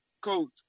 coach